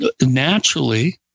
naturally